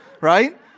Right